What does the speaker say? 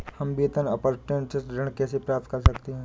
हम वेतन अपरेंटिस ऋण कैसे प्राप्त कर सकते हैं?